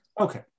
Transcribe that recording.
Okay